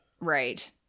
right